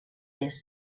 est